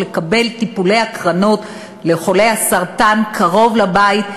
לקבל טיפולי הקרנות לחולי סרטן קרוב לבית,